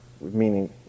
meaning